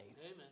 Amen